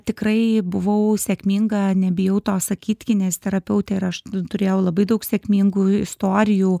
tikrai buvau sėkminga nebijau to sakyt kineziterapeutė ir aš turėjau labai daug sėkmingų istorijų